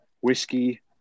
Whiskey